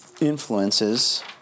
influences